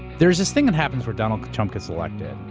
there's this thing that happens where donald trump gets elected,